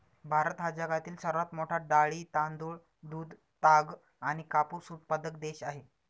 भारत हा जगातील सर्वात मोठा डाळी, तांदूळ, दूध, ताग आणि कापूस उत्पादक देश आहे